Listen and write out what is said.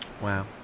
Wow